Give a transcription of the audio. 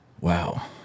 wow